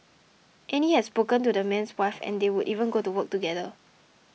Annie had spoken to the man's wife and they would even go to work together